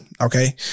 Okay